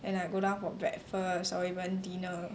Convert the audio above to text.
and like go down for breakfast or even dinner